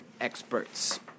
experts